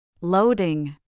Loading